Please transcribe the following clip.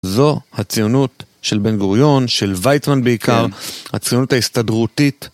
אבי